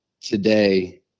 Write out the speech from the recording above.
today